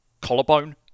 collarbone